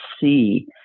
see